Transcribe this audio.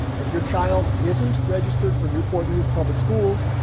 if your child isn't registered for newport news public schools,